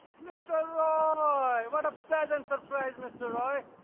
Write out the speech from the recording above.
mr. ah roy. what a pleasant surprise, mr. roy!